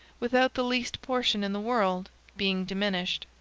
without the least portion in the world being diminished